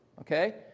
okay